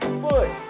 foot